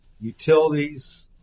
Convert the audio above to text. utilities